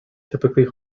typically